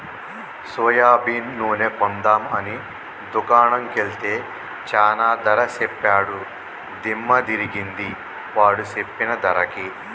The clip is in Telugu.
సోయాబీన్ నూనె కొందాం అని దుకాణం కెల్తే చానా ధర సెప్పాడు దిమ్మ దిరిగింది వాడు సెప్పిన ధరకి